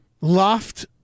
loft